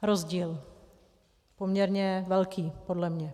Rozdíl poměrně velký podle mě.